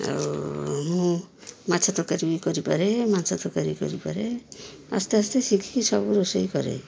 ଆଉ ମୁଁ ମାଛ ତରକାରୀ ବି କରିପାରେ ମାଛ ତରକାରୀ କରିପାରେ ଆସ୍ତେ ଆସ୍ତେ ଶିଖିକି ସବୁ ରୋଷେଇ କରେ